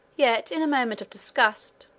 yet in a moment of disgust,